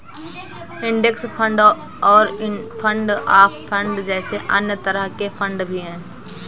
index fund और fund of fund जैसे अन्य तरह के फण्ड भी हैं